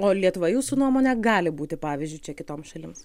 o lietuva jūsų nuomone gali būti pavyzdžiu čia kitoms šalims